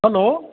hello